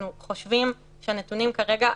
אנחנו חושבים שהנתונים כרגע,